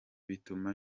bituma